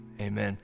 Amen